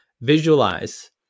Visualize